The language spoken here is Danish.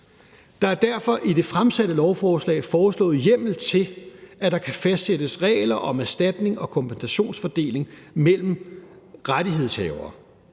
Der er derfor i det fremsatte lovforslag foreslået hjemmel til, at der kan fastsættes regler om erstatnings- og kompensationsfordeling mellem rettighedshavere.